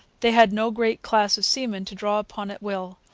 they had no great class of seamen to draw upon at will,